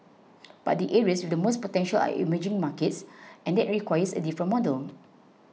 but the areas with the most potential are emerging markets and that requires a different model